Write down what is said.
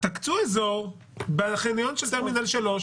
תקצו אזור בחניון של טרמינל 3,